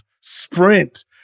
sprint